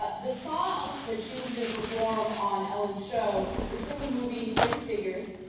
but the song that she was going to perform on ellen show is from the movie hidden figures,